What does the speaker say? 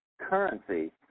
currency